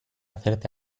hacerte